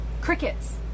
Crickets